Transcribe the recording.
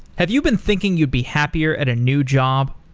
have you been thinking you'd be happier at a new job?